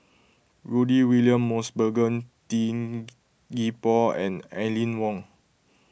Rudy William Mosbergen Tin Gee Paw and Aline Wong